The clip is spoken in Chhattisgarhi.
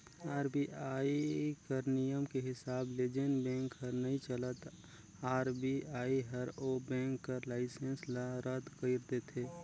आर.बी.आई कर नियम के हिसाब ले जेन बेंक हर नइ चलय आर.बी.आई हर ओ बेंक कर लाइसेंस ल रद कइर देथे